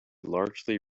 largely